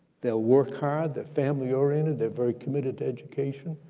they'll work hard. they're family oriented. they're very committed to education.